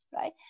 right